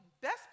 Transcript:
best